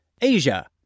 Asia